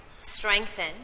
strengthen